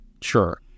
Sure